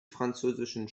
französischen